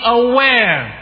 aware